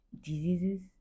diseases